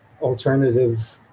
alternative